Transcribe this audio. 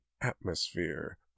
atmosphere